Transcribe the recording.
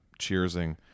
cheersing